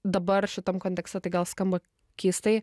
dabar šitam kontekste tai gal skamba keistai